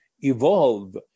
evolve